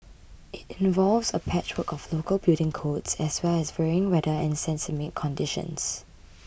it involves a patchwork of local building codes as well as varying weather and seismic conditions